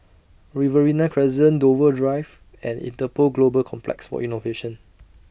Riverina Crescent Dover and Interpol Global Complex For Innovation